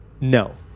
No